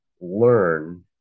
learn